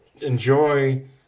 enjoy